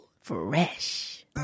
Fresh